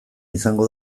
izango